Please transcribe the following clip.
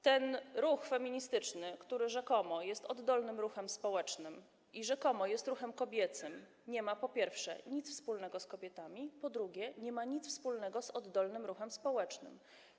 Ten ruch feministyczny, który rzekomo jest oddolnym ruchem społecznym i rzekomo jest ruchem kobiecym, po pierwsze, nie ma nic wspólnego z kobietami, po drugie, nie ma nic wspólnego z oddolnym ruchem społecznym.